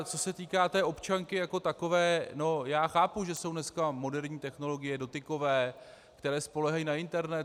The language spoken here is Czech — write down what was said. Co se týká občanky jako takové, chápu, že jsou dnes moderní technologie dotykové, které spoléhají na internet.